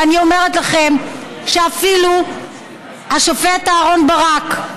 ואני אומרת לכם שאפילו השופט אהרן ברק,